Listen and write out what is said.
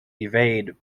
evade